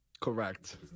Correct